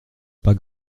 pas